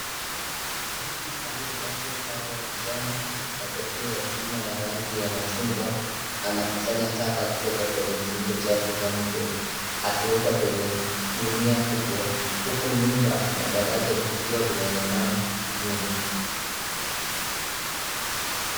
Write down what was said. Mtu aliyevalia sare ya kijani na kofia ya chuma ya rangi ya machungwa anakusanya taka kutoka kwenye kingo chafu za mto, akiweka kwenye gunia kubwa uku nyumba na daraja vikiwa vinaonekana nyuma.